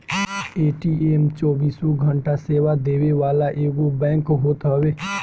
ATM चौबीसों घंटा सेवा देवे वाला एगो बैंक होत हवे